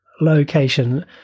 location